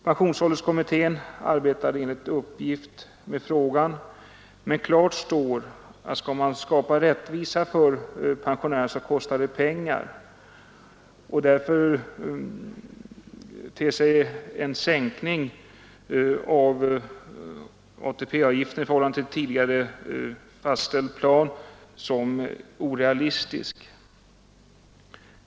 Pensionsålderskommittén arbetar enligt uppgift med frågan, men det står klart att det kostar pengar om man skall skapa rättvisa för pensionärerna. Därför ter sig en sänkning av ATP-avgiften i förhållande till tidigare fastställd plan som orealistisk.